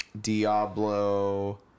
Diablo